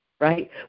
right